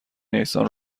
نیسان